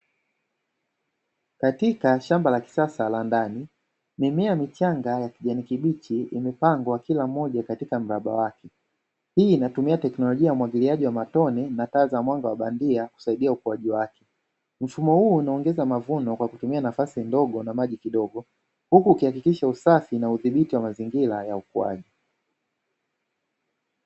Katika shamba la kisasa la ndani, mimea michanga ya kijani kibichi imepangwa kila moja katika mraba wake, hii inatumia teknolojia ya umwagiliaji wa matone na taa za mwanga wa bandia kusaidia ukuaji wake, mfumo huu unaongeza mavuno kwa kutumia nafasi ndogo na maji kidogo huku ukihakikisha usafi na udhibiti wa mazingira ya ukuaji.